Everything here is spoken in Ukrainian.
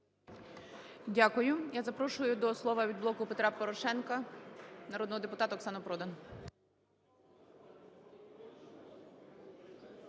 Дякую. Я запрошую до слова, від "Блоку Петра Порошенка", народного депутата Оксану Продан.